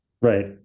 Right